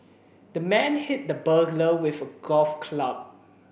the man hit the burglar with a golf club